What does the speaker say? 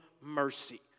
mercy